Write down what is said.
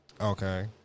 Okay